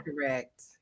correct